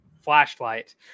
flashlight